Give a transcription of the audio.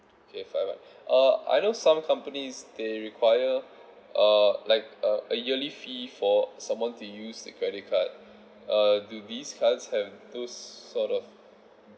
okay uh I know some companies they require uh like a a yearly fee for someone to use the credit card uh do these cards have those sort of